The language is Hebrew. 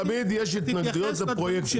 תמיד יש התנגדויות לפרויקטים.